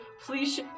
please